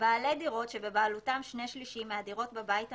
בעלי דירות שבבעלותם שני שלישים מהדירות בבית המשותף,